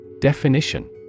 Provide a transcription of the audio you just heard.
Definition